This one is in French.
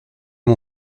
mon